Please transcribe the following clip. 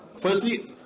firstly